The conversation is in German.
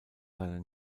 seiner